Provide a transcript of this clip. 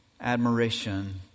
admiration